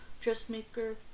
dressmaker